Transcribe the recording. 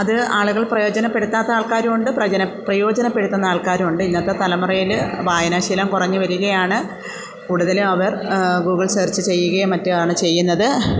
അത് ആളുകൾ പ്രയോജനപ്പെടുത്താത്ത ആൾക്കാരുമുണ്ട് പ്രയോജനം പ്രയോജനപ്പെടുത്തുന്ന ആൾക്കാരുമുണ്ട് ഇന്നത്തെ തലമുറയിൽ വായനാശീലം കുറഞ്ഞ് വരികയാണ് കൂടുതലും അവർ ഗൂഗിൾ സേർച്ച് ചെയ്യുകയും മറ്റുമാണ് ചെയ്യുന്നത്